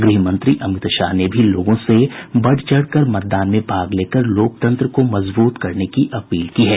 गृह मंत्री अमित शाह ने भी लोगों से बढ़ चढ़ कर मतदान में भाग लेकर लोकतंत्र को मजबूत करने की अपील की है